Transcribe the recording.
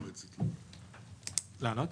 לענות?